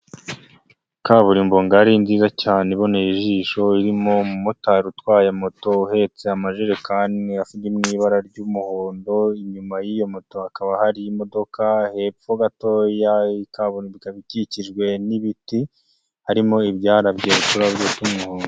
Kaburimbo ngari nziza cyane iboneye ijisho, irimo umumotari utwaye moto uhetse amajerekani ari mu ibara ry'umuhondo, inyuma y'iyo moto hakaba hari imodoka hepfo gatoya kaburimbo ikaba ikikijwe n'ibiti, harimo ibyarabye uturabyo tw'umuhondo.